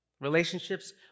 Relationships